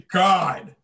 god